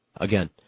again